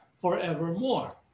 forevermore